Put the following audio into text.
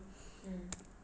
mm